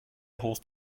horse